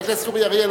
חבר הכנסת אורי אריאל,